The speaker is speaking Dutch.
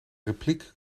repliek